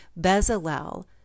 bezalel